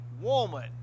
woman